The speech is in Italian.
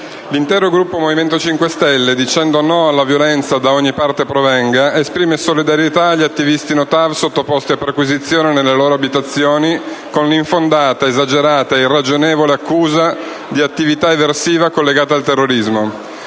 l'intero Gruppo Movimento 5 Stelle, dicendo no ad ogni violenza da ogni parte provenga, esprime solidarietà agli attivisti No TAV sottoposti a perquisizione delle loro abitazioni con l'infondata, esagerata e irragionevole accusa di attività eversiva collegata al terrorismo.